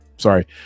Sorry